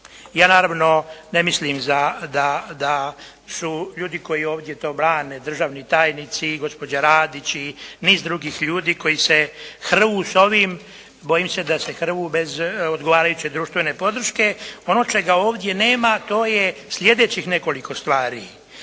ja naravno ne mislim da su ljudi koji ovdje to brane, državni tajnici i gospođa Radić i niz drugih ljudi koji se hrvu s ovim, bojim se da se hrvu bez odgovarajuće društvene podrške. Ono čega ovdje nema to je sljedećih nekoliko stvari.